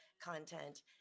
content